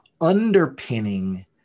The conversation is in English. underpinning